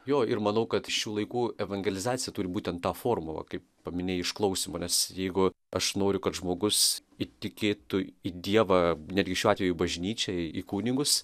jo ir manau kad šių laikų evangelizacija turi būtent tą formulę kaip paminėjai išklausymą nes jeigu aš noriu kad žmogus įtikėtų į dievą netgi šiuo atveju į bažnyčią į kunigus